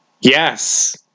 Yes